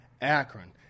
Akron